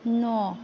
न'